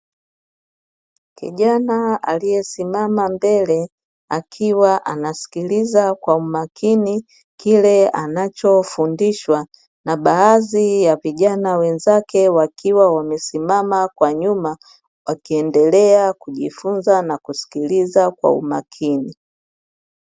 Kijana aliyesimama mbele, akiwa anasikiliza kwa umakini kile anachofundishwa na baadhi ya vijana wenzake, wakiwa wamesimama kwa nyuma wakiendelea kujifunza na kusikiliza kwa umakini.